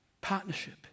Partnership